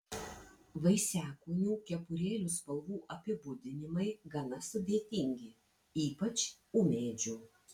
vaisiakūnių kepurėlių spalvų apibūdinimai gana sudėtingi ypač ūmėdžių